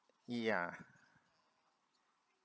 ya